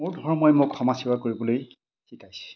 মোৰ ধৰ্মই মোক সমাজ সেৱা কৰিবলৈ শিকাইছে